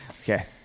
okay